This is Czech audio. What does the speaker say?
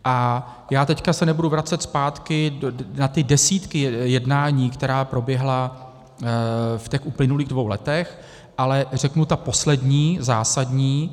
A já se teď nebudu vracet zpátky na ty desítky jednání, která proběhla v uplynulých dvou letech, ale řeknu ta poslední zásadní.